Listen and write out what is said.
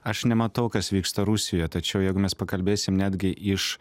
aš nematau kas vyksta rusijoje tačiau jeigu mes pakalbėsim netgi iš